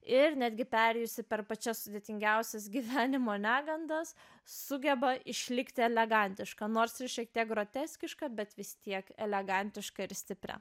ir netgi perėjusi per pačias sudėtingiausias gyvenimo negandas sugeba išlikti elegantiška nors šiek tiek groteskiška bet vis tiek elegantiška ir stiprią